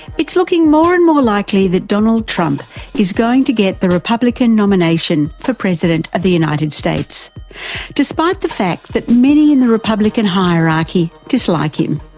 it's looking more and more likely that donald trump is going to get the republican nomination for president of the united states despite the fact that many in the republican hierarchy hate like him.